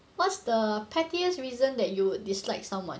what's the pettiest reason that you would dislike someone